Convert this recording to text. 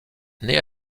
naît